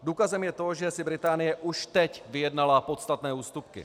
Důkazem je to, že si Británie už teď vyjednala podstatné ústupky.